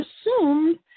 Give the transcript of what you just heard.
assumed